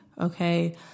okay